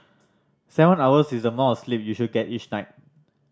seven hours is the amount sleep you should get each night